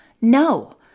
No